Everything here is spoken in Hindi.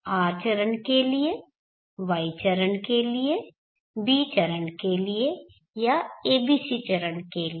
R चरण के लिए Y चरण B चरण या ABC चरण के लिए